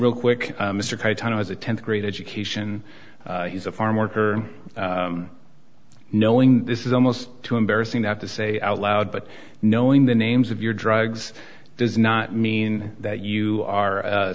real quick mr proton as a tenth grade education is a farm worker knowing this is almost too embarrassing to have to say out loud but knowing the names of your drugs does not mean that you are a